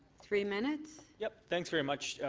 three minutes. yeah thanks very much.